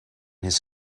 his